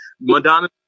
Madonna